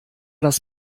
das